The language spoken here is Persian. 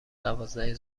دوازده